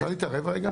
אפשר להתערב רגע?